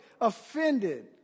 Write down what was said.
offended